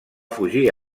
fugir